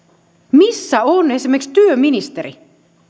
missä on esimerkiksi työministeri